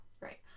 Right